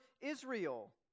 Israel